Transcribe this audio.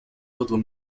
ordres